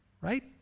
right